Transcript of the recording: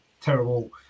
terrible